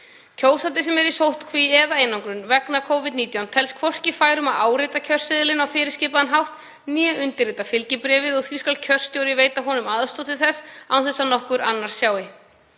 Kjósandi sem er í sóttkví eða einangrun vegna Covid-19 telst hvorki fær um að árita kjörseðilinn á fyrirskipaðan hátt né að undirrita fylgibréfið og því skal kjörstjóri veita honum aðstoð til þess án þess að nokkur annar sjái.